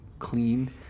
clean